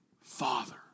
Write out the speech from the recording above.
Father